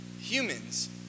humans